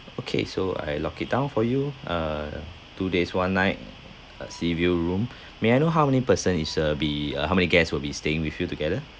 okay so I lock it down for you uh two days one night uh sea view room may I know how many person is uh be uh how many guest will be staying with you together